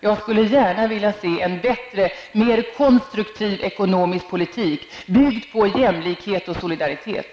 Jag skulle gärna vilja se en bättre, mer konstruktiv ekonomisk politik byggd på jämlikhet och solidaritet.